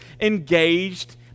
engaged